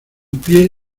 pie